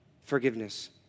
forgiveness